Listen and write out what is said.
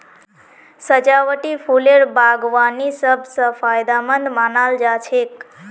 सजावटी फूलेर बागवानी सब स फायदेमंद मानाल जा छेक